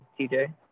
tj